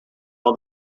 all